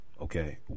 Okay